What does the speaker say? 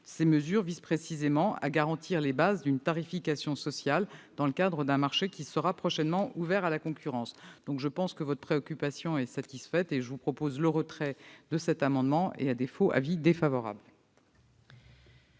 Ces mesures visent précisément à garantir les bases d'une tarification sociale dans le cadre d'un marché qui sera prochainement ouvert à la concurrence. Monsieur le sénateur, votre préoccupation est, me semble-t-il, satisfaite. Je vous propose de retirer votre amendement ; à défaut, l'avis sera défavorable.